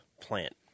plant